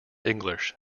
english